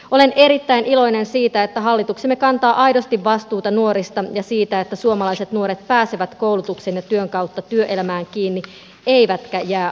olen erittäin iloinen siitä että hallituksemme kantaa aidosti vastuuta nuorista ja siitä että suomalaiset nuoret pääsevät koulutuksen ja työn kautta työelämään kiinni eivätkä jää ajelehtimaan